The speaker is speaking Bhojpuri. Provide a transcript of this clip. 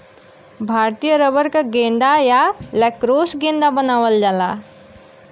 भारतीय रबर क गेंदा या लैक्रोस गेंदा बनावल जाला